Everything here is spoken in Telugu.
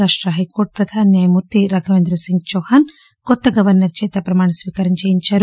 రాష్ర హైకోర్టు ప్రధాన న్యాయమూర్తి రాఘవేంద్ర సింగ్ చౌహాస్ కొత్త గవర్పర్ చేత ప్రమాణీ స్వీకారం చేయించారు